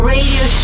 Radio